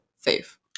safe